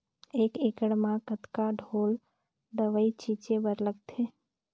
एक एकड़ म कतका ढोल दवई छीचे बर लगथे?